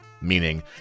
meaning